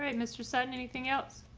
um mr. sutton, anything else?